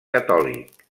catòlic